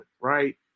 right